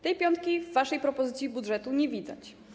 Tej piątki w waszej propozycji budżetu nie widać.